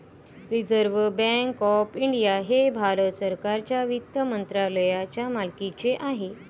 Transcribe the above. reserve bank of India हे भारत सरकारच्या वित्त मंत्रालयाच्या मालकीचे आहे